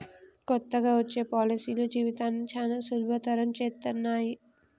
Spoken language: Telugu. కొత్తగా వచ్చే పాలసీలు జీవితాన్ని చానా సులభతరం చేత్తన్నయి